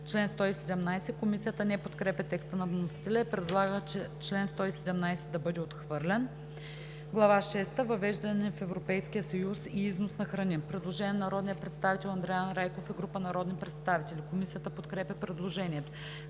отхвърлен. Комисията не подкрепя текста на вносителя и предлага чл. 117 да бъде отхвърлен. „Глава шеста – Въвеждане в Европейския съюз и износ на храни“. Предложение на народния представител Андриан Райков и група народни представители. Комисията подкрепя предложението.